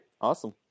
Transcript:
awesome